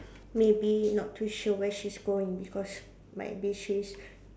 maybe not to show where she's going because might be she is